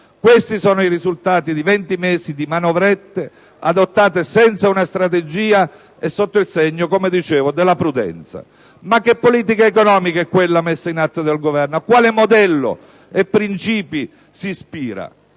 Questi sono i risultati di 20 mesi di manovrette adottate senza una strategia e sotto il segno della prudenza. Ma che politica economica è quella messa in atto dal Governo? A quale modello e principi si ispira?